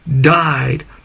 died